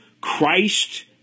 Christ